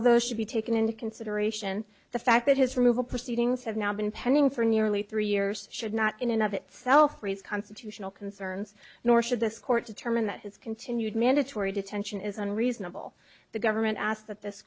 of those should be taken into consideration the fact that his removal proceedings have now been pending for nearly three years should not in and of itself raise constitutional concerns nor should this court determine that his continued mandatory detention is unreasonable the government asked th